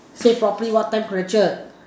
say properly what time captured